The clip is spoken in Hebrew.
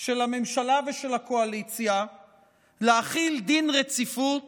של הממשלה ושל הקואליציה להחיל דין רציפות